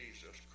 Jesus